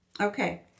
Okay